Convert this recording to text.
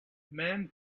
man